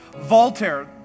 Voltaire